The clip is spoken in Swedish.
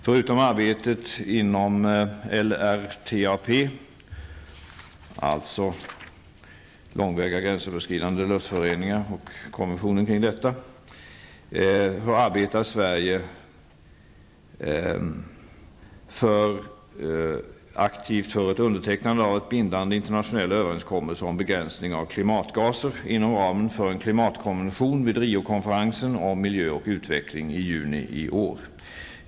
Förutom arbetet inom ramen för LRTAP, FN konventionen för långväga gränsöverskridande luftföroreningar, arbetar Sverige aktivt för ett undertecknande av en bindande internationell överenskommelse om begränsning av klimatgaser, inom ramen för en klimatkonvention vid Riokonferensen om miljö och utveckling i juni i år.